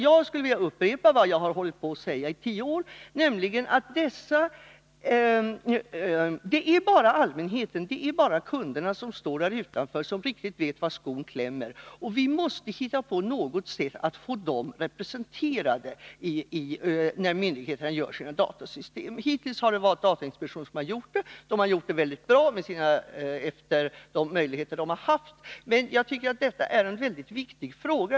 Jag skulle vilja upprepa vad jag har sagt i tio år, nämligen att det är bara allmänheten, kunderna, som står där utanför, som riktigt vet var skon klämmer. Vi måste hitta på något sätt att få allmänheten representerad när myndigheterna gör upp sina datasystem. Hittills har det varit datainspektionen som har utformat dem och gjort det väldigt bra efter de möjligheter man har haft. Men jag tycker att detta är en väldigt viktig fråga.